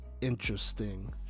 interesting